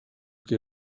que